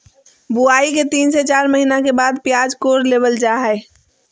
बुआई के तीन से चार महीना के बाद प्याज कोड़ लेबल जा हय